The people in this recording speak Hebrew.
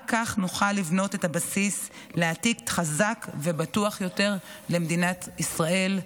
רק כך נוכל לבנות את הבסיס לעתיד חזק ובטוח יותר למדינת ישראל.